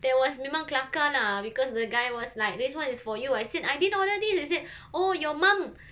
there was memang kelakar lah because the guy was like this [one] is for you I said I didn't order this he said oh your mum